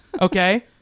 okay